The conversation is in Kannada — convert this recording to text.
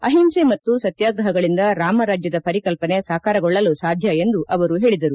ಅಹಿಂಸೆ ಮತ್ತು ಸತ್ಯಾಗ್ರಹಗಳಿಂದ ರಾಮರಾಜ್ಯದ ಪರಿಕಲ್ಪನೆ ಸಾಕಾರಗೊಳ್ಳಲು ಸಾಧ್ಯ ಎಂದು ಅವರು ಹೇಳಿದರು